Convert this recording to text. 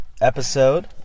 episode